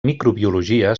microbiologia